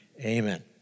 amen